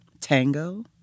tango